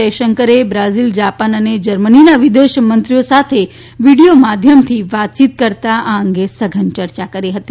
જયશંકરે Brazil Japan તથા જર્મનીનાં વિદેશમંત્રીઓ સાથે વિડીયો માધ્યમથી વાતચીન કરતાં આ અંગે સધન ચર્ચા કરી હતી